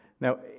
Now